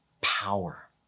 power